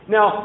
Now